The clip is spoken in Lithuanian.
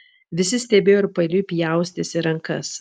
visi stebėjo ir paeiliui pjaustėsi rankas